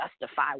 justify